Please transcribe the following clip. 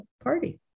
party